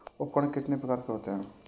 उपकरण कितने प्रकार के होते हैं?